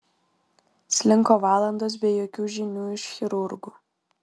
slinko valandos be jokių žinių iš chirurgų